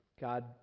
God